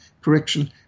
correction